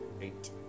Eight